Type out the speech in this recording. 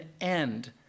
end